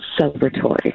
celebratory